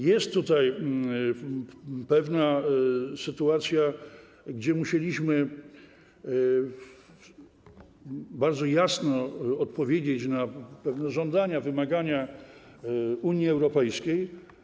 Jest tutaj pewna sytuacja, gdzie musieliśmy bardzo jasno odpowiedzieć na pewne żądania, wymagania Unii Europejskiej.